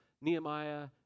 Nehemiah